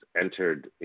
entered